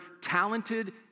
talented